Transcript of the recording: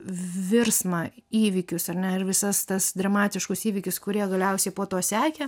virsmą įvykius ar ne ir visas tas dramatiškus įvykius kurie galiausiai po to sekė